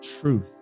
truth